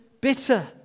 bitter